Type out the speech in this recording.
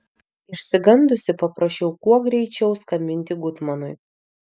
išsigandusi paprašiau kuo greičiau skambinti gutmanui